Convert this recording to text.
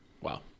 Wow